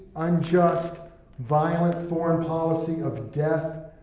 unjust violent foreign policy of death,